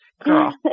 Girl